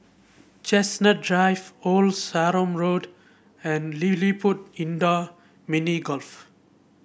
Chestnut Drive Old Sarum Road and LilliPutt Indoor Mini Golf